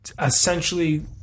essentially